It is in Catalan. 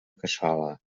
cassola